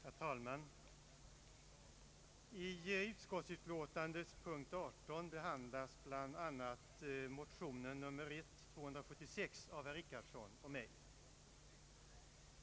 Herr talman! I utskottsutlåtandet, punkten 18, behandlas bl.a. motionen I: 276 av herr Richardson och mig.